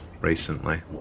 recently